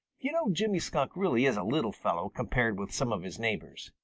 you know jimmy skunk really is a little fellow compared with some of his neighbors.